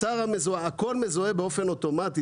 הכול מזוהה באופן אוטומטי,